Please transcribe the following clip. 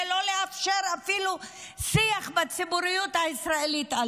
לא לאפשר אפילו שיח על זה בציבוריות הישראלית.